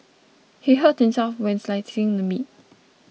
he hurt himself while slicing the meat